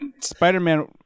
Spider-Man